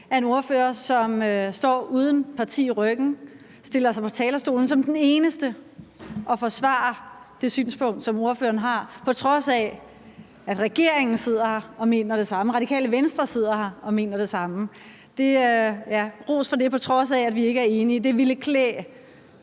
en ordfører, som står uden et parti i ryggen, som den eneste stiller sig op på talerstole og forsvarer det synspunkt, som ordføreren har, på trods af at regeringen sidder her og mener det samme, og Radikale Venstre sidder her og mener det samme. Så ros for det, på trods af at vi ikke er enige. Det ville klæde